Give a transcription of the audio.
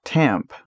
Tamp